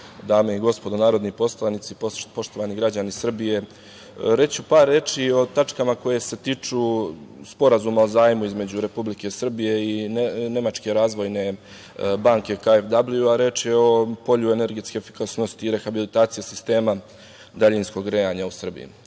dame i gospodo narodni poslanici, poštovani građani Srbije, reći ću par reči o tačkama koje se tiču Sporazuma o zajmu između Republike Srbije i Nemačke razvojne banke KfW, a reč je o polju energetske efikasnosti i rehabilitaciji sistema daljinskog grejanja u Srbiji. Naime,